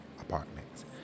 apartments